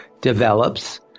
develops